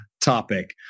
topic